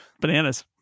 bananas